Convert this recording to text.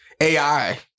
AI